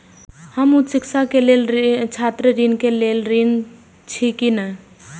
हम उच्च शिक्षा के लेल छात्र ऋण के लेल ऋण छी की ने?